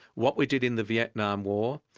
what we did in the vietnam war,